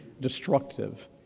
destructive